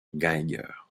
geiger